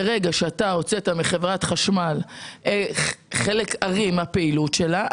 ברגע שהוצאת מחברת החשמל חלק ארי מהפעילות שלה,